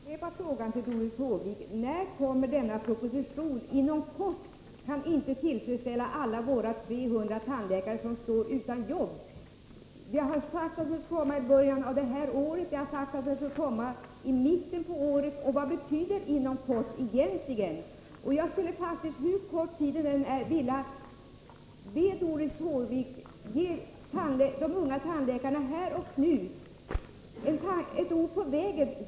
Herr talman! Jag vill upprepa frågan till Doris Håvik: När kommer denna proposition? Beskedet att den kommer inom kort kan inte tillfredsställa alla våra 300 tandläkare som står utan jobb. Det har sagts att propositionen skall komma i början av det här året och att den skulle komma i mitten av året. Vad betyder ”inom kort” egentligen? Även om tidsschemat är ansträngt skulle jag vilja be Doris Håvik att här och nu ge de unga tandläkarna ett ord på vägen.